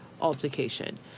altercation